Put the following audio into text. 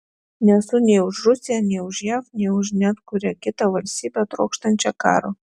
nesu nei už rusiją nei už jav nei už net kurią kitą valstybę trokštančią karo